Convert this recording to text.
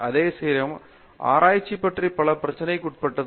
அதேசமயம் ஆராய்ச்சி பல முறை பிரச்சனைக்குட்பட்டது